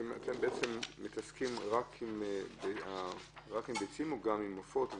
אתם מתעסקים רק עם ביצים או גם עם עופות?